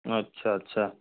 अच्छा अच्छा